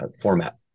format